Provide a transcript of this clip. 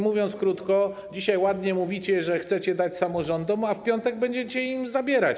Mówiąc krótko, dzisiaj ładnie mówicie, że chcecie dać samorządom, a w piątek będziecie im zabierać.